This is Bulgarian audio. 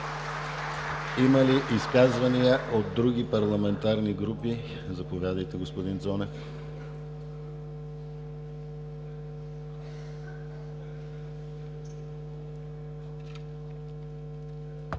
Има ли изказвания от други парламентарни групи? Заповядайте, господин Цонев. ЙОРДАН